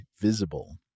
Visible